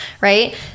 right